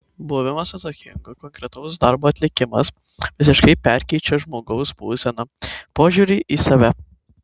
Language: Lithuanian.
buvimas atsakingu konkretaus darbo atlikimas visiškai perkeičią žmogaus būseną požiūrį į save